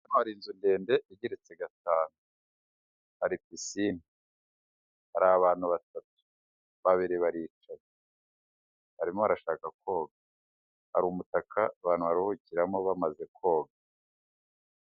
Hari inzu ndende igeretse gatanu, hari pisine, hari abantu batatu, babiri baricaye, barimo barashaka koga, hari umutaka abantu baruhukiramo bamaze koga.